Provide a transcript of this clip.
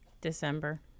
december